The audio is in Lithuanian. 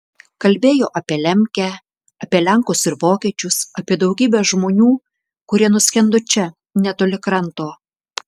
kalbėjo apie lemkę apie lenkus ir vokiečius apie daugybę žmonių kurie nuskendo čia netoli kranto